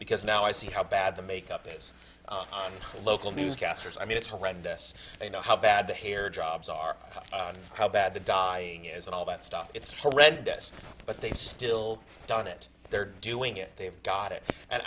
because now i see how bad the makeup is on local newscasters i mean it's horrendous they know how bad the hair jobs are and how bad the dying is and all that stuff it's horrendous but they still done it they're doing it